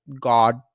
god